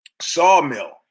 Sawmill